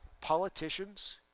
politicians